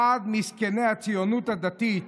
אחד מזקני הציונות הדתית.